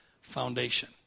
foundation